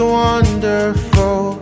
wonderful